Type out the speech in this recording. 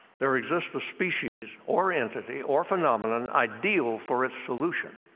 there exists a species or entity or phenomenon ideal for its solution.